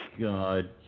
God